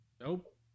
Nope